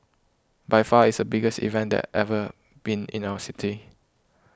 by far it's the biggest event that ever been in our city